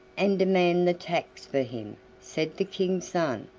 and demand the tax for him, said the king's son.